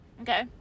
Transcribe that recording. okay